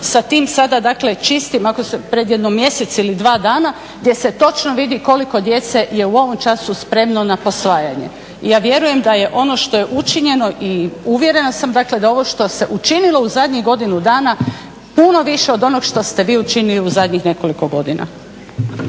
sa tim čistim pred jedno mjesec ili dva dana gdje se točno vidi koliko djece je u ovom času spremno na posvajanje. Ja vjerujem da je ono što je učinjeno i uvjerena sam da ovo što se učinilo u zadnjih godinu dana puno više od onog što ste vi učinili u zadnjih nekoliko godina.